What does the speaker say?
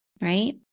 Right